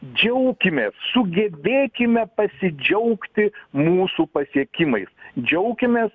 džiaukimės sugebėkime pasidžiaugti mūsų pasiekimais džiaukimės